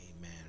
amen